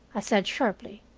i said sharply.